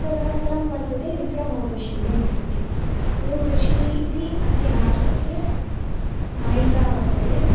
तदनन्तरं वर्तते विक्रमोर्वशीयम् इति ऊर्वशी इति अस्य नाटकस्य नायिका वर्तते